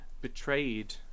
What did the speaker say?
Betrayed